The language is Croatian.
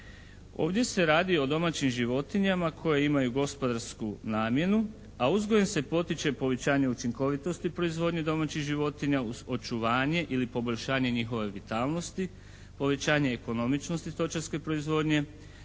Ovdje se radi o domaćim životinjama koje imaju gospodarsku namjenu, a uzgojem se potiče povećanje učinkovitosti proizvodnje domaćih životinja, očuvanje ili poboljšanje njihove vitalnosti, povećanje ekonomičnosti stočarske proizvodnje,